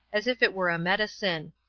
as if it were a medicine.